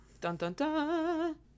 Dun-dun-dun